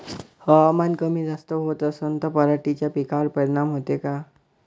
हवामान कमी जास्त होत असन त पराटीच्या पिकावर परिनाम होते का?